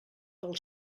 del